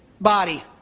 body